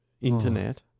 internet